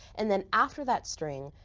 and then after that string,